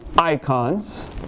icons